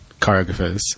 choreographers